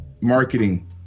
marketing